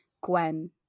Gwen